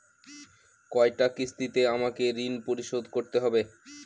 কয়টা কিস্তিতে আমাকে ঋণ পরিশোধ করতে হবে?